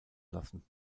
lassen